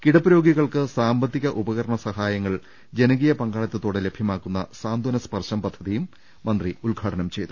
കിടപ്പ് രോഗികൾക്ക് സാമ്പത്തിക ഉപകരണ സഹായ ങ്ങൾ ജനകീയ പങ്കാളിത്ത്തോടെ ലഭ്യമാക്കുന്ന സാന്ത്വന സ്പർശം പദ്ധതി മന്ത്രി ഉദ്ഘാടനം ചെയ്തു